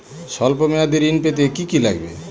সল্প মেয়াদী ঋণ পেতে কি কি লাগবে?